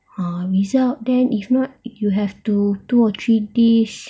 uh result then if not you have to two or three days